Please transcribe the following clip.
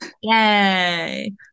yay